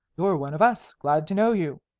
you're one of us. glad to know you,